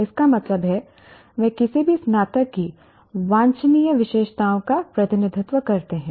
इसका मतलब है वे किसी भी स्नातक की वांछनीय विशेषताओं का प्रतिनिधित्व करते हैं